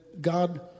God